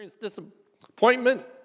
disappointment